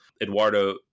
Eduardo